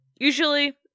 usually